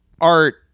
art